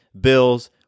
bills